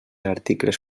articles